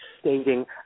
stating